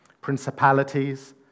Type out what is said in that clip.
principalities